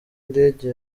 indege